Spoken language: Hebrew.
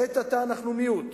לעת עתה אנחנו מיעוט,